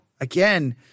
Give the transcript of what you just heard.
again